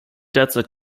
derzeit